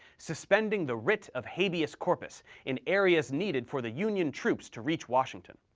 suspending the writ of habeas corpus in areas needed for the union troops to reach washington.